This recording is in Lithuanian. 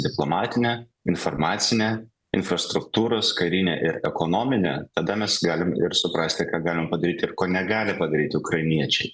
diplomatinė informacinė infrastruktūros karinė ir ekonominė tada mes galim ir suprasti ką galim padaryti ir ko negali padaryti ukrainiečiai